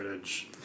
edge